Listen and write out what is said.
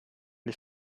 des